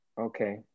Okay